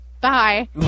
bye